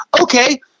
okay